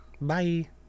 Bye